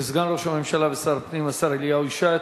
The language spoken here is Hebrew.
לסגן ראש הממשלה ושר הפנים, השר אליהו ישי.